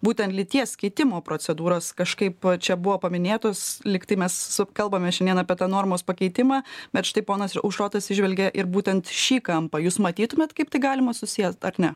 būtent lyties keitimo procedūros kažkaip čia buvo paminėtos lyg tai mes kalbame šiandien apie tą normos pakeitimą bet štai ponas aušrotas įžvelgė ir būtent šį kampą jūs matytumėt kaip tai galima susiet ar ne